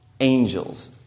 angels